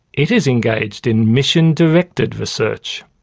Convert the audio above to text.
it is engaged in mission-directed research.